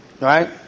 Right